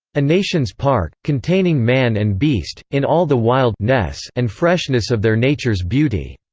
a nation's park, containing man and beast, in all the wild ness and freshness of their nature's beauty!